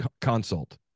Consult